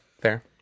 Fair